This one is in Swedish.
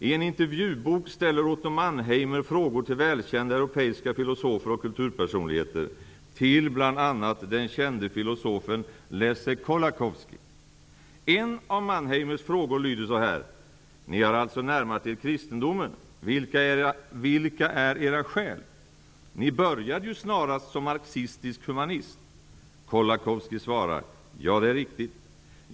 I en intervjubok ställer Otto Mannheimer frågor till välkända europeiska filosofer och kulturpersonligheter, bl.a. till den kände filosofen Leszek Kolakowski. En av Mannheimers frågor lyder så här: Ni har alltså närmat er kristendomen. Vilka är era skäl? Ni började ju snarast som marxistisk humanist. Kolakowski svarar: Ja, det är riktigt.